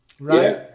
Right